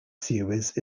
series